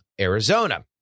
Arizona